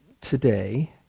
today